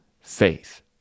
faith